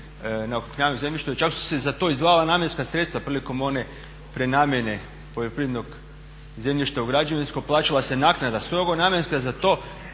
na okrupnjavanju zemljišta i čak su se za to izdvajala namjenska sredstva prilikom one prenamjene poljoprivrednog zemljišta u građevinsko, plaćala se naknada strogo namjenska za to.